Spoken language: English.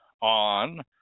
on